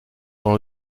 dans